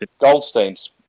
Goldstein's